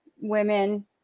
women